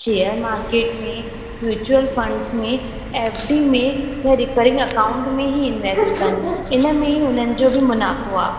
share market में mutual funds में F D में या रिकरिंग अकाउंट में ई इनवेस्ट कनि इन में ई इन्हनि जो बि मुनाफ़ो आहे